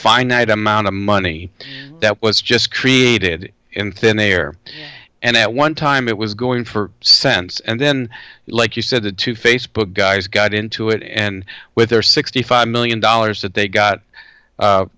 finite amount of money that was just created in thin air and at one dollar time it was going for cents and then like you said the two facebook guys got into it and with their sixty five million dollars that they got